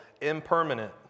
impermanent